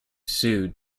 sued